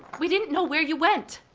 we didn't know where you went.